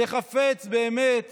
שחפץ באמת